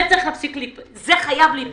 זה חייב להיפסק.